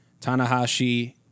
Tanahashi